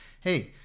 Hey